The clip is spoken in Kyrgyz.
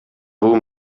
бул